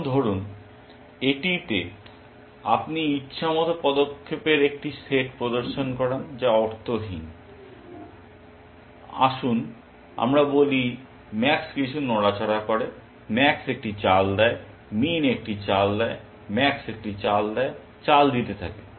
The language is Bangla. এখন ধরুন এটিতে আপনি ইচ্ছামত পদক্ষেপের একটি সেট প্রবেশ করান যা অর্থহীন আসুন আমরা বলি ম্যাক্স কিছু নড়াচড়া করে ম্যাক্স একটি চাল দেয় মিন একটি চাল দেয় ম্যাক্স একটি চাল দেয় চাল দিতে থাকে